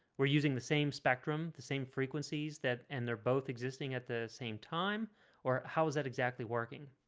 we're using the same spectrum the same frequencies that and they're both existing at the same time or how is that exactly working?